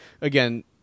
again